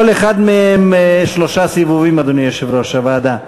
כל אחד מהם שלושה סיבובים, אדוני יושב-ראש הוועדה.